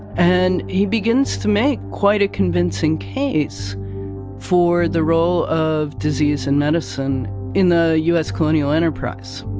and he begins to make quite a convincing case for the role of disease in medicine in the u s. colonial enterprise